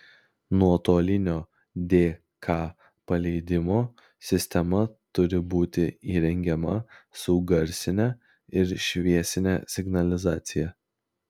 nuotolinio dk paleidimo sistema turi būti įrengiama su garsine ir šviesine signalizacija